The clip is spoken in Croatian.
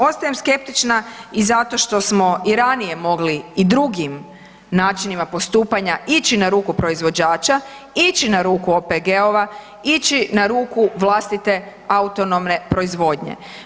Ostajem skeptična i zato što smo i ranije mogli i drugim načinima postupanjima ići na ruku proizvođača, ići na ruku OPG-ova, ići na ruku vlastite autonomne proizvodnje.